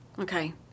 Okay